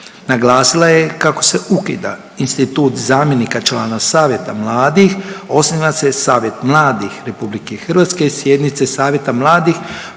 Naglasila je kako se ukida institut zamjenika člana savjeta mladih, osniva se Savjet mladih RH, sjednice savjeta mladih